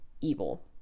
evil